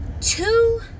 two